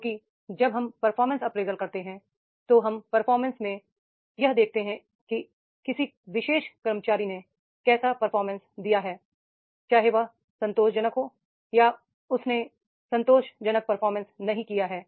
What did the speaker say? क्योंकि जब हम है परफॉर्मेंस अप्रेजल करते हैं तो है परफॉर्मेंस में हम यह देखने की कोशिश करते हैं कि किसी विशेष कर्मचारी ने कैसा परफॉर्मेंस किया है चाहे वह संतोषजनक हो या उसने संतोषजनक परफॉर्मेंस नहीं किया हो